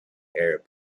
arab